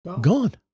gone